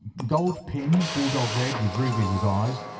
gold pin bull-dog's head, with rubies as eyes.